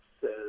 says